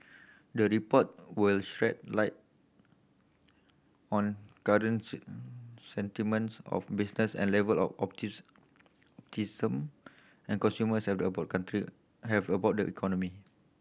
the report will shed light on current sentiments of business and level of and consumers have about the country have about the economy